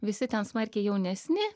visi ten smarkiai jaunesni